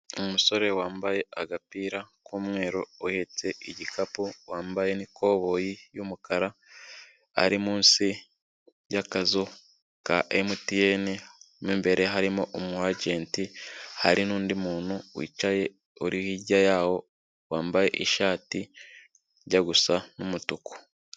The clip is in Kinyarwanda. Umusore wambaye agapira k'umweru uhetse igikapu wambaye n'ikoboyi y'umukara. Ari munsi, y'akazu, ka emutiyene, mo imbere harimo umwajenti, hari nundi muntu wicaye uri hirya yaho, wambaye ishati, ijya gusa n'umutuku.